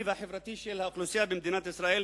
והחברתי של האוכלוסייה במדינת ישראל,